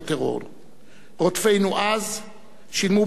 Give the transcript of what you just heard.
רודפינו אז שילמו בדמם על מעשיהם,